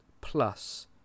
plus